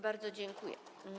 Bardzo dziękuję.